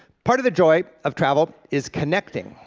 part of the joy of travel is connecting,